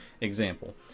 example